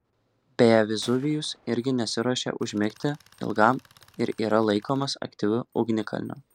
beje vezuvijus irgi nesiruošia užmigti ilgam ir yra laikomas aktyviu ugnikalniu